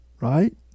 right